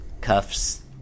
cuffs